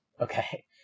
Okay